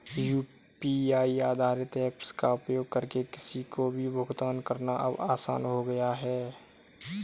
UPI आधारित apps का उपयोग करके किसी को भी भुगतान करना अब आसान हो गया है